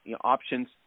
options